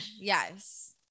Yes